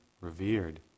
revered